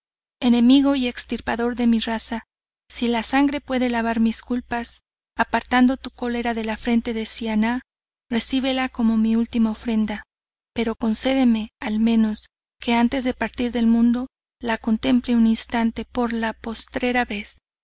enemigo y extirpador de mi raza si la sangre puede lavar mis culpas apartando tu cólera de la frente de siannah recíbela como mi ultima ofrenda pero concédeme al menos que antes de partir del mundo la contemple un instante por la postrera vez